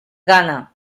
gana